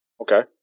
Okay